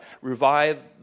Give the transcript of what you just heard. Revive